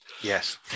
Yes